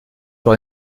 par